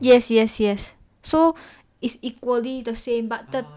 yes yes yes so it's equally the same but the